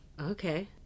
Okay